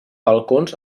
balcons